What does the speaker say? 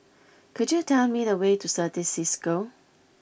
could you tell me the way to Certis Cisco